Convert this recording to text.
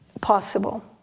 possible